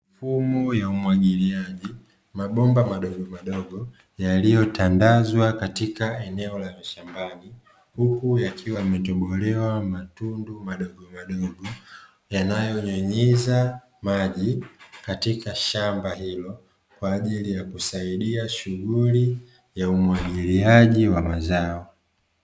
Mifumo ya umwagiliaji, mabomba madogomadogo yaliyotandazwa katika eneo la mashambani, huku yakiwa yametobolewa matundu madogomadogo yanayonyunyiza maji katika shamba hilo kwa ajili ya kusaidia shughuli ya umwagiliaji wa mazao.